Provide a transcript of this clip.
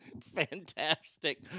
Fantastic